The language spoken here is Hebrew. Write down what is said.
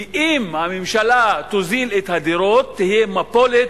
כי אם הממשלה תוזיל את הדירות תהיה מפולת